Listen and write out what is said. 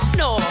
no